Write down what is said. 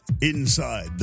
inside